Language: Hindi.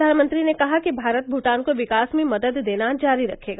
प्रधानमंत्री ने कहा कि भारत भूटान को विकास में मदद देना जारी रखेगा